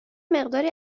مقداری